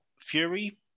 Fury